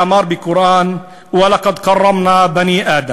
ואמר בקוראן: (אומר בערבית: האדרנו את כבודם של בני-האדם).